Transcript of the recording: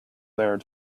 there